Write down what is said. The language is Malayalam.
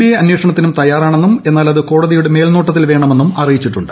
ഐ അന്വേഷണത്തിനും തയ്യാറാണെന്നും എന്നാൽ അത് ക്കോട്ടതിയുടെ മേൽനോട്ടത്തിൽ വേണമെന്നും അറിയിച്ചിട്ടുണ്ട്